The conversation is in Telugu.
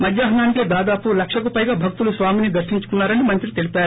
మధ్యాహ్న్ నికే దాదాపు లక్షకు పైగా భక్తులు స్వామిని దర్శించుకున్నారని మంత్రి తెలిపారు